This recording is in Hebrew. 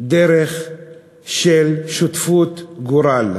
דרך של שותפות גורל,